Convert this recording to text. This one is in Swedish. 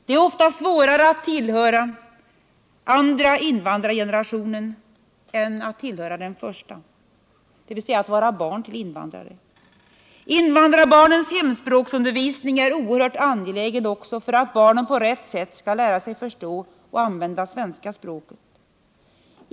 Det är ofta svårare att tillhöra den andra invandrargenerationen än den första, dvs. att vara barn till invandrare. Invandrarbarnens hemspråksundervisning är oerhört angelägen också för att barnen på rätt sätt skall lära sig förstå och använda svenska språket.